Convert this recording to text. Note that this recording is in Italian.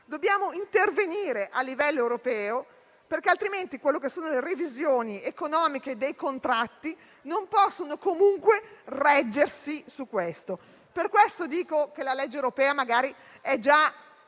dobbiamo intervenire a livello europeo, perché altrimenti le revisioni economiche dei contratti non possono comunque reggersi. Per questo dico che la legge europea magari è già